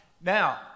Now